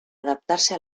adaptarse